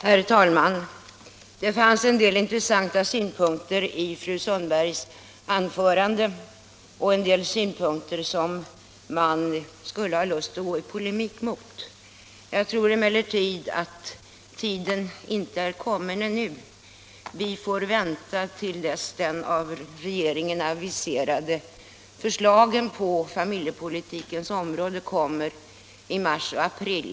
Herr talman! Det fanns en del intressanta synpunkter i fru Sundbergs anförande och en del synpunkter som man skulle ha lust att gå i polemik mot. Jag tror emellertid att tiden härför inte är kommen ännu. Vi får vänta tills de av regeringen aviserade förslagen på familjepolitikens om Allmänpolitisk debatt Allmänpolitisk debatt råde kommer i mars och april.